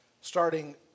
starting